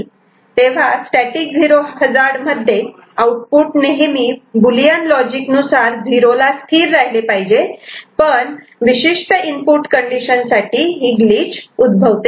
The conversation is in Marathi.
तेव्हा स्टॅटिक 0 हजार्ड मध्ये आउटपुट नेहमी बुलियन लॉजिक नुसार 0 ला स्थिर राहिले पाहिजे पण विशिष्ट इनपुट कंडिशन साठी ग्लिच उद्भवते